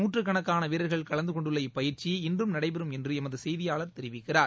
நூற்றுக்கணக்கான வீரர்கள் கலந்து கொண்டுள்ள இப்பயிற்சி இன்றும் நடைபெறும் என்று எமது செய்தியாளர் தெரிவிக்கிறார்